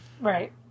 Right